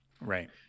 Right